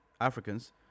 Africans